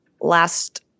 last